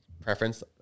preference